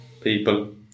people